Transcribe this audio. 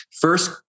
First